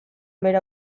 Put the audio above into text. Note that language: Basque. behera